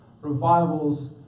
revivals